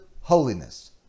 holiness